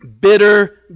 Bitter